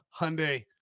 hyundai